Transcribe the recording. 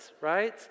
right